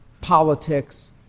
politics